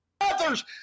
Others